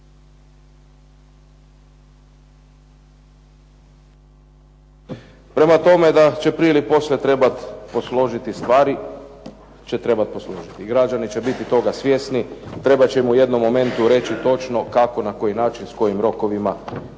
Prema tome da će prije ili poslije trebati posložiti stvari i građani će biti toga svjesni. Trebat ćemo u jednom momentu reći točno kako i na koji način s kojim rokovima